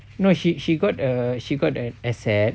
no she she got uh she got an asset